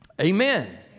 Amen